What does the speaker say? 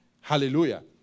Hallelujah